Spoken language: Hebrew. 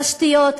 תשתיות,